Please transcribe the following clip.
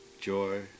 joy